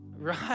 right